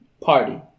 party